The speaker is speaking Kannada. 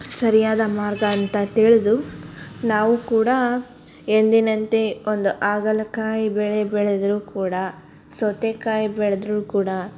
ಸರಿಯಾದ ಮಾರ್ಗ ಅಂತ ತಿಳಿದು ನಾವೂ ಕೂಡ ಎಂದಿನಂತೆ ಒಂದು ಹಾಗಲಕಾಯಿ ಬೆಳೆ ಬೆಳೆದ್ರೂ ಕೂಡ ಸೌತೆಕಾಯಿ ಬೆಳೆದ್ರೂ ಕೂಡ